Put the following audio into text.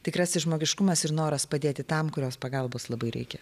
tikrasis žmogiškumas ir noras padėti tam kurios pagalbos labai reikia